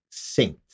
synced